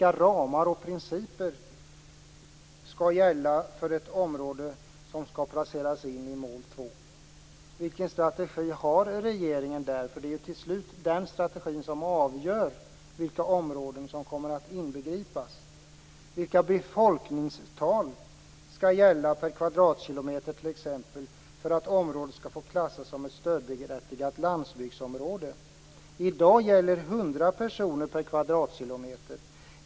Vilka ramar och principer skall gälla för ett område som skall placeras in i mål 2? Vilken strategi har regeringen i den frågan? Det är ju till slut den strategin som avgör vilka områden som kommer att inbegripas. Vilka befolkningstal skall t.ex. gälla per kvadratkilometer för att ett område skall få klassas som ett stödberättigat landsbygdsområde? I dag gäller 100 personer per kvadratkilometer.